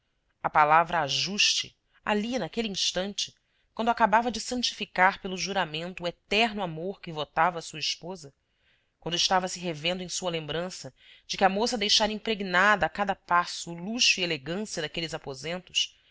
a palavra ajuste ali naquele instante quando acabava de santificar pelo juramento o eterno amor que votava a sua esposa quando estava-se revendo em sua lembrança de que a moça deixara impregnada a cada passo o luxo e elegância daqueles aposentos